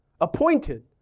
appointed